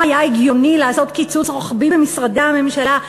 היה הגיוני לעשות קיצוץ רוחבי במשרדי הממשלה.